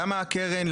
למה הקרן,